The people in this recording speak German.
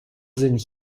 sind